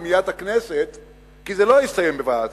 למליאת הכנסת,